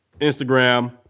Instagram